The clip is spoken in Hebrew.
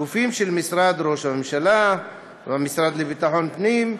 גופים של משרד ראש הממשלה והמשרד לביטחון פנים.